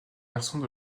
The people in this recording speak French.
garçons